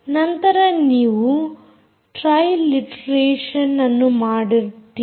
ನಂತರ ನೀವು ಟ್ರೀಲ್ಯಾಟೆರೇಷನ್ ಅನ್ನು ಮಾಡುತ್ತೀರಿ